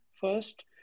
first